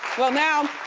well now,